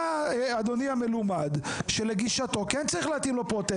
ואדוני המלומד ענה שלגישתו כן צריך להתאים לו פרוטזה.